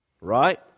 right